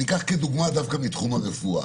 אני אקח דוגמה דווקא בתחום הרפואה.